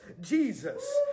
Jesus